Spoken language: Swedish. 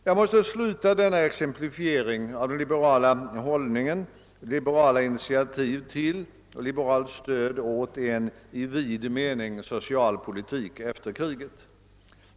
Jag måste sluta denna exemplifiering av den liberala hållningen, av liberala initiativ till och liberalt stöd åt en i vid mening social politik efter kriget.